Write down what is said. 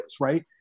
right